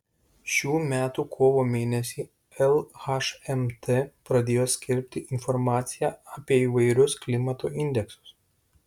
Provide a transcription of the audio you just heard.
šių metų kovo mėnesį lhmt pradėjo skelbti informaciją apie įvairius klimato indeksus